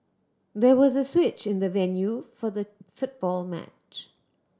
there was a switch in the venue for the football match